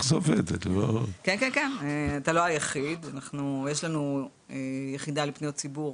אתה לא היחיד, יש את היחידה לפניות ציבור